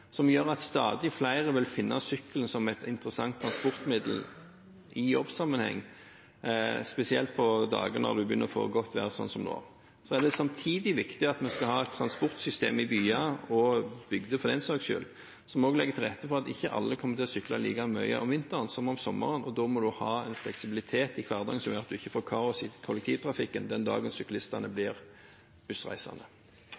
når man begynner å få godt vær, sånn som nå. Samtidig er det viktig at vi skal ha et transportsystem i byer, og bygder for den saks skyld, som legger til rette for at ikke alle kommer til å sykle like mye om vinteren som om sommeren. Da må man ha en fleksibilitet i hverdagen som gjør at man ikke får kaos i kollektivtrafikken den dagen syklistene